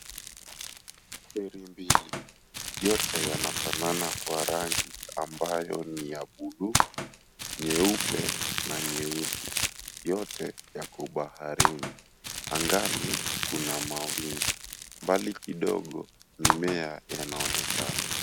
Feri mbili yote yanafanana kwa rangi ambayo niya bluu, nyeupe na nyeusi yote yako baharini angani kuna wingu mbali kidogo mimea yanaonekana.